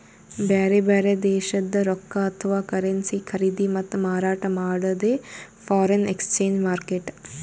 ಬ್ಯಾರೆ ಬ್ಯಾರೆ ದೇಶದ್ದ್ ರೊಕ್ಕಾ ಅಥವಾ ಕರೆನ್ಸಿ ಖರೀದಿ ಮತ್ತ್ ಮಾರಾಟ್ ಮಾಡದೇ ಫಾರೆನ್ ಎಕ್ಸ್ಚೇಂಜ್ ಮಾರ್ಕೆಟ್